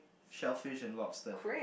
shellfish and lobster